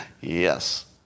Yes